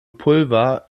pulver